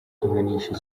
gihanishwa